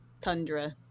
tundra